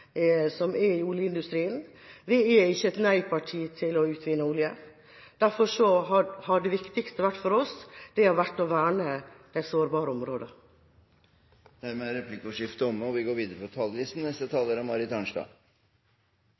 som er i oljeindustrien. Vi er ikke et nei-parti med hensyn til å utvinne olje. Derfor har det viktigste for oss vært å verne de sårbare områdene. Replikkordskiftet er omme. Innstillingen viser at det er et bredt flertall i Stortinget som ønsker stabilitet og